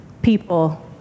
people